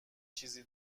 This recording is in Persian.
چیزی